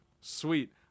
sweet